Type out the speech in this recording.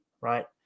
right